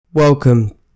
Welcome